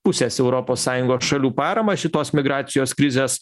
pusės europos sąjungos šalių paramą šitos migracijos krizės